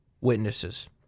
Witnesses